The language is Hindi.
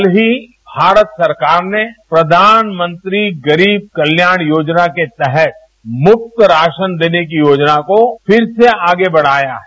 कल ही भारत सरकार ने प्रधानमंत्री गरीब कल्याण योजना के तहत मुफ्त राशन देने की योजना को फिर से आगे बढ़ाया है